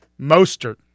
Mostert